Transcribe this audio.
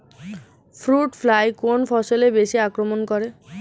Fruit fly কোন ফসলে বেশি আক্রমন করে?